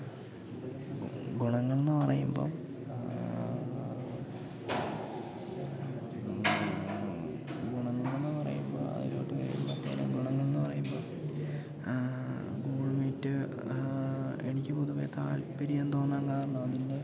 ഗുണങ്ങളെന്നു പറയുമ്പോൾ ഗുണങ്ങളെന്നു പറയുമ്പോൾ അതിലോട്ട് കയറുമ്പോഴത്തേനും ഗുണങ്ങളെന്നു പറയുമ്പോൾ ഗൂഗിൾ മീറ്റ് എനിക്ക് പൊതുവെ താൽപ്പര്യം തോന്നാൻ കാരണം അതിൻ്റെ